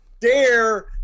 dare